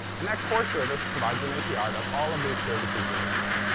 and that core service provides an api that all of these services relate to.